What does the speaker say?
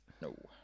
No